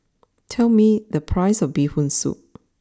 tell me the price of Bee Hoon Soup